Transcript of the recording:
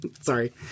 Sorry